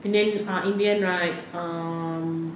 and then in the end right um